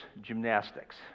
gymnastics